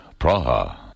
Praha